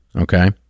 Okay